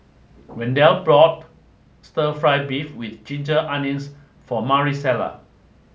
Wendell bought Stir Fry Beef with ginger onions for Maricela